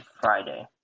Friday